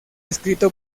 escrito